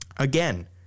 Again